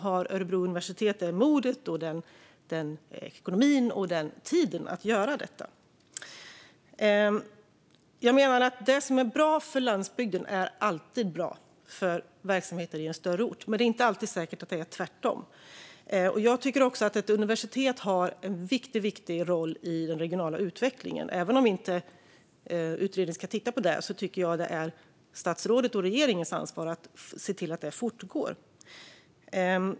Har Örebro universitet tiden, modet och ekonomin att göra detta? Jag menar att det som är bra för landsbygden alltid är bra för verksamheter på en större ort. Men det är inte säkert att det alltid är tvärtom. Jag tycker också att ett universitet har en viktig roll i den regionala utvecklingen. Även om inte utredningen ska titta på det tycker jag att det är statsrådets och regeringens ansvar att se till att den utvecklingen fortgår.